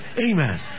Amen